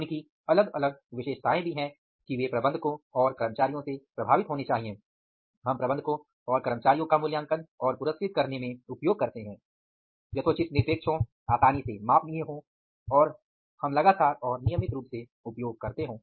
उनकी अलग अलग विशेषताएं भी हैं कि वे प्रबंधकों और कर्मचारियों से प्रभावित होने चाहिए हम प्रबंधकों और कर्मचारियों का मूल्यांकन और पुरस्कृत करने में उपयोग करते हैं यथोचित निरपेक्ष हों आसानी से मापनीय हो और हम लगातार और नियमित रूप से उपयोग करते हों